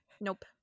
Nope